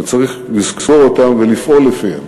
וצריך לזכור אותן ולפעול לפיהן.